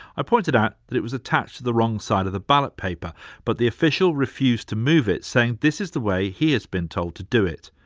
i pointed out that it was attached to the wrong side of the ballot paper but the official refused to move it, saying this is the way he has been told to do it.